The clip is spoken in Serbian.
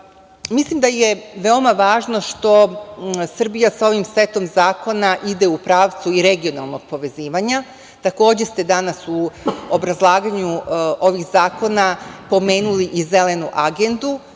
50%.Mislim da je veoma važno što Srbija sa ovim setom zakona ide u pravcu i regionalnog povezivanja. Takođe ste danas u obrazlaganju ovih zakona pomenuli i Zelenu agendu.